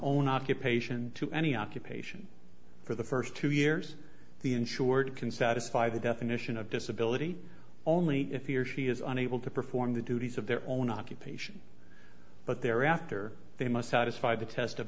own occupation to any occupation for the first two years the insured can satisfy the definition of disability only if he or she is unable to perform the duties of their own occupation but they're after they must satisfy the test